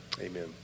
Amen